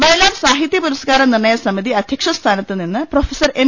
വയലാർ സാഹിത്യ പുരസ്കാര നിർണ്ണയ സമിതി അധ്യക്ഷ സ്ഥാനത്ത് നിന്ന് പ്രൊഫസർ എം